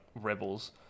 Rebels